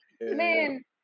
Man